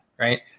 Right